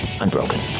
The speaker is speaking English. unbroken